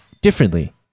differently